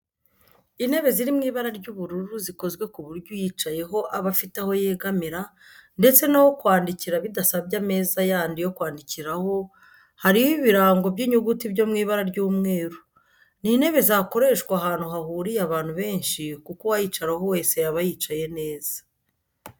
Intebe ziri mu ibara ry'ubururu zikozwe ku buryo uyicayeho aba afite aho yegamira ndetse n'aho kwandikira bidasabye ameza yandi yo kwandikiraho, hariho ibirango by'inyuguti byo mw'ibara ry'umweru. Ni intebe zakoreshwa ahantu hahuriye abantu benshi kuko uwayicaraho wese yaba yicaye neza